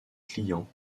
clients